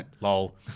lol